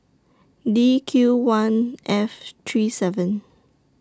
D Q one F three seven